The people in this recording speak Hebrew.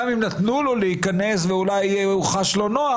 גם אם נתנו לו להיכנס ואולי הוא חש לא נוח,